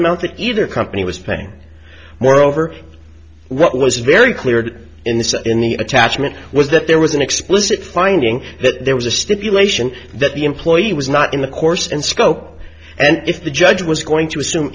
amount that either company was paying more over what was very clear in this in the attachment was that there was an explicit finding that there was a stipulation that the employee was not in the course and scope and if the judge was going to assume